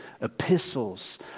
epistles